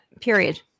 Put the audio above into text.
period